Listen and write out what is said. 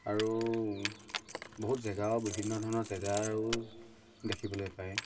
আৰু বহুত জেগাও বিভিন্ন ধৰণৰ জেগা আৰু দেখিবলৈ পায়